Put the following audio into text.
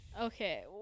Okay